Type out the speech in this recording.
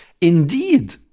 indeed